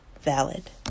valid